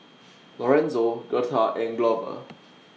Lorenzo Gertha and Glover